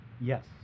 Yes